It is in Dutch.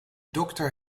dokter